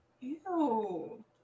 Ew